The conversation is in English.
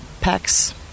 packs